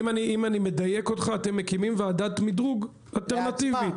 אם אני מדייק אותך: אתם מקימים ועדת מדרוג אלטרנטיבית.